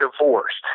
divorced